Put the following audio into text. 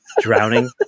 drowning